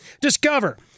Discover